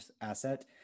asset